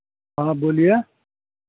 हाँ बोलिए